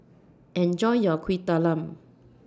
Enjoy your Kuih Talam